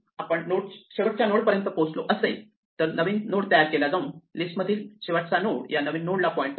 आपण शेवटच्या नोड पर्यंत पोहोचलो असेल तर नवीन नोड तयार केला जाऊन लिस्टमध्ये मधील शेवटचा नोड या नवीन नोड ला पॉईंट करतो